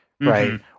right